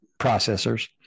processors